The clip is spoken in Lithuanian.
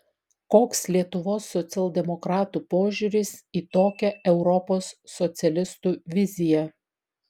koks lietuvos socialdemokratų požiūris į tokią europos socialistų viziją